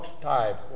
type